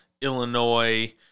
Illinois